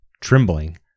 Trembling